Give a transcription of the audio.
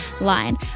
line